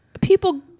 people